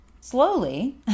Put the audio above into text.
Slowly